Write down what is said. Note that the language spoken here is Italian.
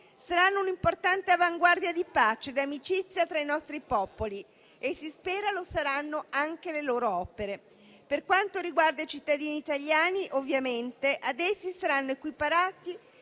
saranno un'importante avanguardia di pace ed amicizia tra i nostri popoli e - si spera - lo saranno anche le loro opere. Per quanto riguarda i cittadini italiani, ovviamente, ad essi saranno equiparati